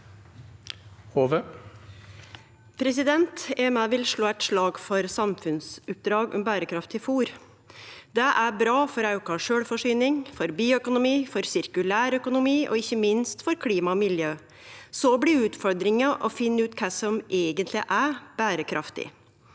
Eg vil òg slå eit slag for samfunnsoppdrag om berekraftig fôr. Det er bra for auka sjølvforsyning, for bioøkonomi, for sirkulærøkonomi og ikkje minst for klima og miljø. Så blir utfordringa å finne ut kva som eigentleg er berekraftig.